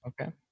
Okay